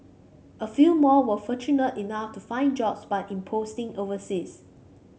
a few more were fortunate enough to find jobs but in posting overseas